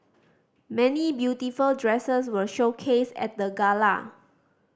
many beautiful dresses were showcased at the gala